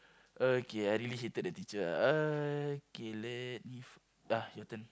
okay I really hated that teacher okay let me f~ ah your turn